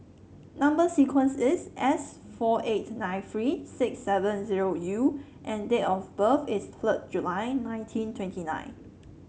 number sequence is S four eight nine three six seven zero U and date of birth is third July nineteen twenty nine